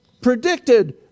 predicted